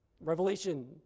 Revelation